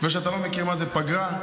ואתה לא מכיר מה זה פגרה.